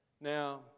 Now